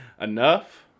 Enough